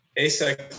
ASEC